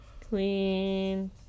Clean